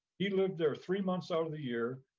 he lived there three months out of the year,